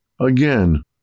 again